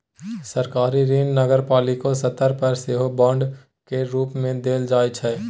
सरकारी ऋण नगरपालिको स्तर पर सेहो बांड केर रूप मे देल जाइ छै